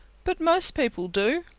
but most people do.